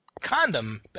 Condom